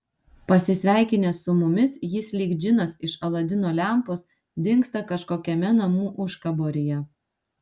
pasisveikinęs su mumis jis lyg džinas iš aladino lempos dingsta kažkokiame namų užkaboryje